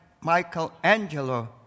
Michelangelo